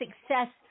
success